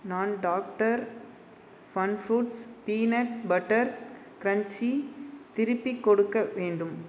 நான் doctor fun fruits peanut butter crunchy திருப்பிக் கொடுக்க வேண்டும்